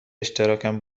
اشتراکم